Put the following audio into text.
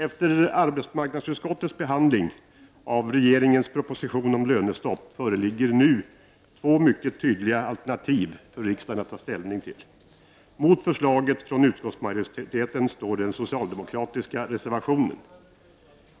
Efter arbetsmarknadsutskottets behandling av regeringens proposition om lönestopp föreligger nu två mycket tydliga alternativ för riksdagen att ta ställning till. Mot förslaget från utskottsmajoriteten står den socialdemokratiska reservationen.